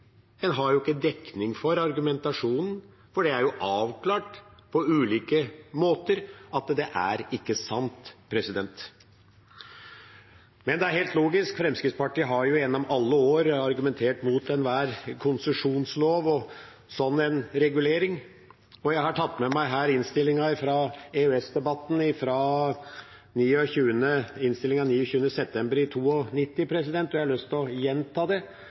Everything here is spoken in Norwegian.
en har ikke dekning for argumentasjonen, for det er jo avklart på ulike måter at det ikke er sant. Men det er helt logisk. Fremskrittspartiet har gjennom alle år argumentert mot enhver konsesjonslov og en sånn regulering. Jeg har tatt med meg innstillinga fra EØS-debatten fra 29. september i 1992. Jeg har lyst til å gjenta